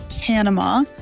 Panama